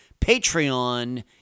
Patreon